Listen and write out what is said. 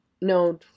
No